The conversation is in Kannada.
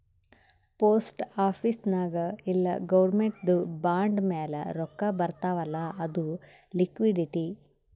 ಪೋಸ್ಟ್ ಆಫೀಸ್ ನಾಗ್ ಇಲ್ಲ ಗೌರ್ಮೆಂಟ್ದು ಬಾಂಡ್ ಮ್ಯಾಲ ರೊಕ್ಕಾ ಬರ್ತಾವ್ ಅಲ್ಲ ಅದು ಲಿಕ್ವಿಡಿಟಿ